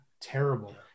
terrible